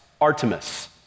Artemis